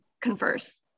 confers